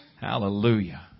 Hallelujah